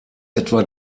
etwa